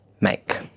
make